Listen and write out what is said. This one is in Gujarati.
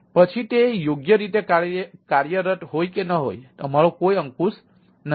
પછી તે યોગ્ય રીતે કાર્યરત હોય કે ન હોય અમારો કોઈ અંકુશ નથી